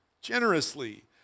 Generously